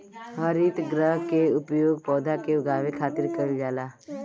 हरितगृह के उपयोग पौधा के उगावे खातिर कईल जाला